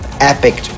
epic